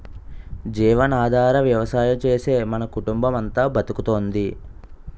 జీవనాధార వ్యవసాయం చేసే మన కుటుంబమంతా బతుకుతోంది